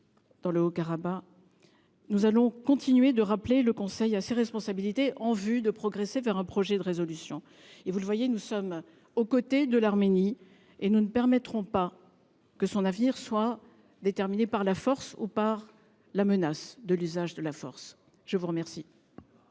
dans le Haut-Karabakh, nous allons continuer de ramener le Conseil à ses responsabilités, afin de progresser vers un projet de résolution. Monsieur le sénateur, vous le voyez, nous sommes aux côtés de l’Arménie. Nous ne permettrons pas que son avenir soit déterminé par la force ou par la menace de l’usage de la force. On verra…